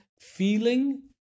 feeling